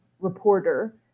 reporter